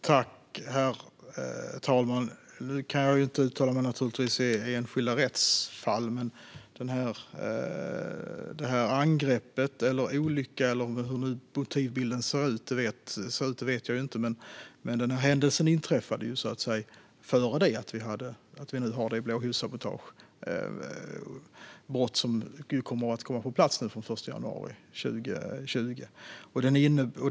Herr talman! Jag kan naturligtvis inte uttala mig i enskilda rättsfall. Men det här angreppet eller den här olyckan - jag vet ju inte hur motivbilden ser ut - inträffade före blåljussabotagebrottet, som kommer att komma på plats den 1 januari 2020.